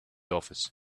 office